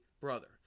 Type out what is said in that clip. brother